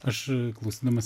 aš klausydamas